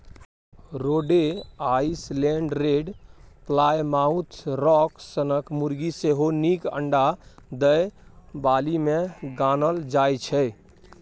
रोडे Island Red, Plymouth Rock सनक मुरगी सेहो नीक अंडा दय बालीमे गानल जाइ छै